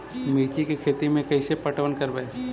मिर्ची के खेति में कैसे पटवन करवय?